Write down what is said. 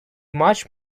much